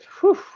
Whew